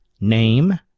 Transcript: name